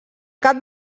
cap